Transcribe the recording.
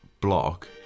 block